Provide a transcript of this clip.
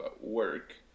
work